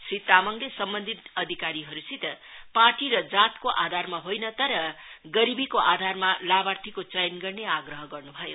श्री तामाङले सम्बन्धित अधिकारीहरुसित पार्टी र जातिको आधारमा होइन तर गरीबीको आधारमा लाभार्थीको चयन गर्ने आग्रह गर्नुभयो